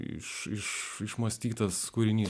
iš išmąstytas kūrinys